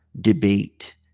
debate